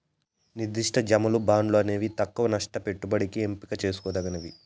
నిర్దిష్ట జమలు, బాండ్లు అనేవి తక్కవ నష్ట పెట్టుబడికి ఎంపిక చేసుకోదగ్గవి